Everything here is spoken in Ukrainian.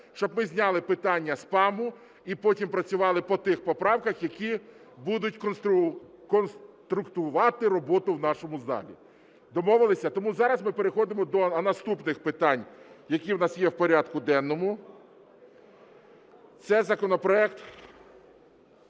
щоб ми зняли питання спаму і потім працювали по тих поправках, які будуть конструктувати роботу в нашому залі. Домовились? Тому зараз ми переходимо до наступних питань, які у нас є в порядку денному. Це законопроект